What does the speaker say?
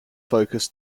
focus